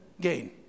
gain